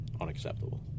unacceptable